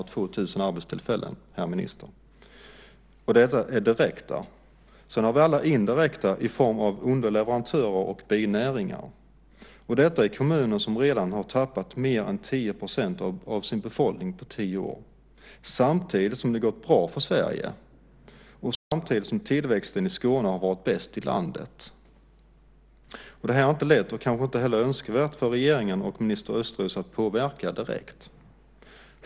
Det är direkta arbetstillfällen, och sedan har vi alla indirekta i form av underleverantörer och binäringar - och detta i kommuner som redan tappat mer än 10 % av sin befolkning på tio år, samtidigt som det har gått bra för Sverige och tillväxten i Skåne har varit bäst i landet. Detta är inte lätt, och kanske inte heller önskvärt, för regeringen och minister Östros att påverka direkt.